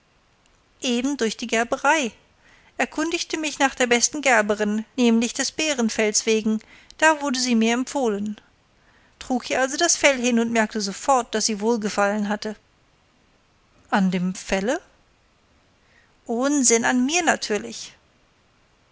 eben durch die gerberei erkundigte mich nach der besten gerberin nämlich des bärenfells wegen da wurde sie mir empfohlen trug ihr also das fell hin und merkte sofort daß sie wohlgefallen hatte an dem felle unsinn an mir natürlich